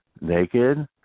naked